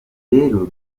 rero